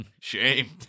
shame